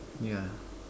yeah